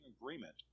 agreement